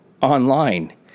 online